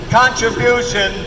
contribution